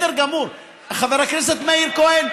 חבר הכנסת מאיר כהן,